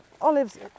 olives